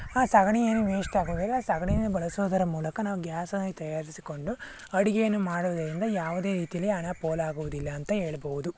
ಆ ಸಗಣಿ ಏನು ವೇಸ್ಟ್ ಆಗುವುದಿಲ್ಲ ಆ ಸಗಣಿನೆ ಬಳಸೊದರ ಮೂಲಕ ನಾವು ಗ್ಯಾಸನ್ನು ತಯಾರಿಸಿಕೊಂಡು ಅಡಿಗೆಯನ್ನು ಮಾಡುವುದರಿಂದ ಯಾವುದೇ ರೀತಿಯಲ್ಲಿ ಹಣ ಪೋಲಾಗುವುದಿಲ್ಲಅಂತ ಹೇಳ್ಬೋದು